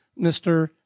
Mr